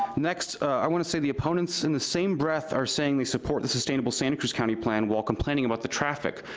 next, i wanna say the opponents in the same breath are saying to support the sustainable santa cruz county plan while complaining about the traffic,